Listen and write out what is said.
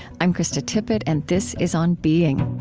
i'm krista tippett, and this is on being